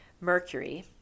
Mercury